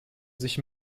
sich